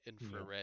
infrared